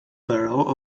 borough